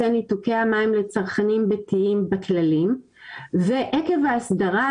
ניתוקי המים לצרכנים ביתיים בכללי ועקב ההסדרה,